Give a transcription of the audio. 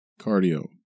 cardio